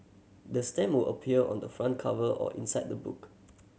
the stamp will appear on the front cover or inside the book